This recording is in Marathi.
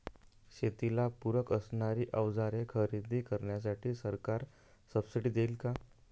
शेतीला पूरक असणारी अवजारे खरेदी करण्यासाठी सरकार सब्सिडी देईन का?